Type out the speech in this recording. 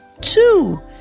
Two